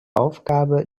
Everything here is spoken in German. ausgabe